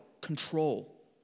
control